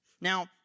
Now